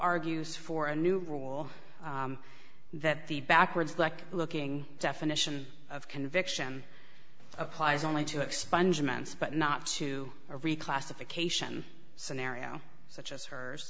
argues for a new rule that the backwards like looking definition of conviction applies only to expungement but not to a reclassification scenario such as hers